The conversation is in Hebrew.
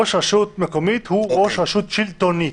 ראש רשות מקומית הוא ראש רשות שלטונית.